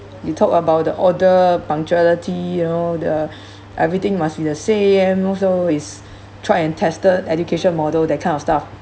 you talked about the order punctuality you know the everything must be the same also is tried and tested education model that kind of stuff